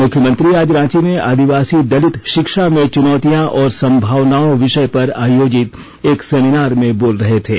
मुख्यमंत्री आज रांची में आदिवासी दलित शिक्षा में चुनौतियां और संभावनाओं विषय पर आयोजित एक सेमिनार में बोल रहे थे